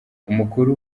umukuru